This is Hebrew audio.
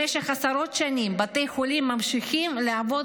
במשך עשרות שנים בתי החולים ממשיכים לעבוד